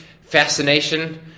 fascination